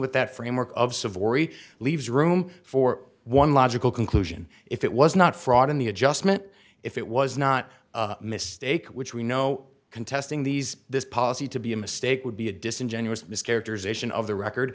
with that framework of savory leaves room for one logical conclusion if it was not fraud in the adjustment if it was not a mistake which we know contesting these this policy to be a mistake would be a disingenuous mischaracterization of the record